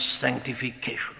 sanctification